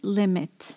limit